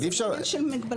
זה לא עניין של מגבלה,